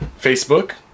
Facebook